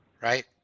Right